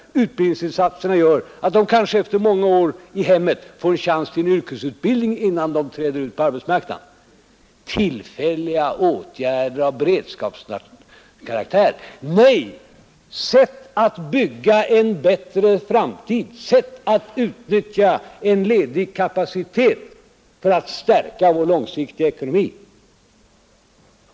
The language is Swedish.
Utbildningsinsatserna gör att de kanske efter många år i hemmet får en chans till en yrkesutbildning, innan de träder ut på arbetsmarknaden. ”Tillfälliga åtgärder av beredskapskaraktär”! Nej, det är sätt att bygga en bättre framtid, sätt att utnyttja en ledig kapacitet för att stärka vår långsiktiga ekonomi.